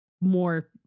more